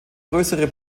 größere